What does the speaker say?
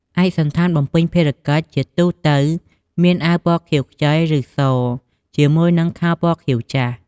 ឯកសណ្ឋានបំពេញភារកិច្ច ជាទូទៅ មានអាវពណ៌ខៀវខ្ចី ឬស ជាមួយនឹងខោពណ៌ខៀវចាស់។